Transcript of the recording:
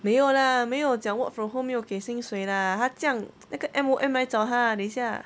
没有啦没有讲 work from home 没有给薪水 lah 他这样那个 M_O_M 来找他 ah 等一下